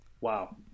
Wow